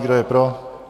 Kdo je pro?